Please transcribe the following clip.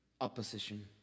opposition